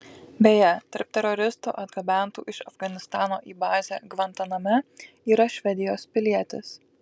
beje tarp teroristų atgabentų iš afganistano į bazę gvantaname yra švedijos pilietis